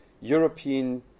European